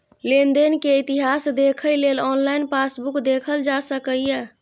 लेनदेन के इतिहास देखै लेल ऑनलाइन पासबुक देखल जा सकैए